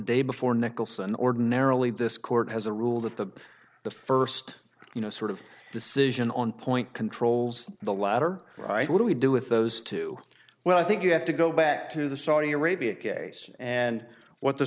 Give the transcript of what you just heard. day before nicholson ordinarily this court has a rule that the the first you know sort of decision on point controls the latter right what do we do with those two well i think you have to go back to the saudi arabia case and what the